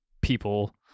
people